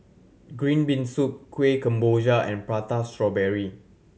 green bean soup Kueh Kemboja and Prata Strawberry